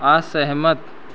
असहमत